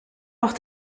auch